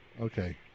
Okay